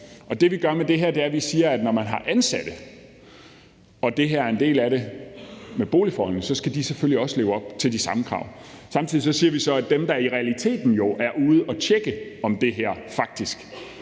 og det, vi gør med det her, er, at vi siger, at når man har ansatte og det med boligforholdene er en del af det, så skal de selvfølgelig også leve op til de samme krav. Samtidig siger vi så, at når det jo i realiteten i mange tilfælde er